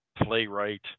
playwright